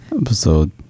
episode